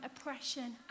oppression